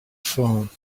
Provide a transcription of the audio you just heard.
phone